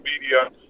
media